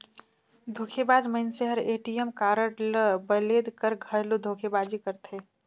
धोखेबाज मइनसे हर ए.टी.एम कारड ल बलेद कर घलो धोखेबाजी करथे